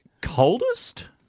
Coldest